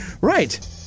Right